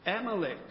Amalek